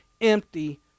empty